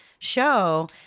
show